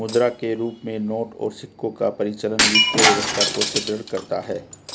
मुद्रा के रूप में नोट और सिक्कों का परिचालन वित्तीय व्यवस्था को सुदृढ़ करता है